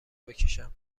بکشم